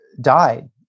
died